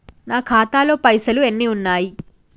నా ఖాతాలో పైసలు ఎన్ని ఉన్నాయి?